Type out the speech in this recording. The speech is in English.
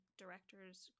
director's